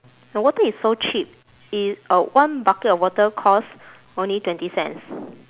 my water is so cheap it uh one bucket of water cost only twenty cents